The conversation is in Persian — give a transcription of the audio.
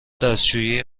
دستشویی